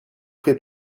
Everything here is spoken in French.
fait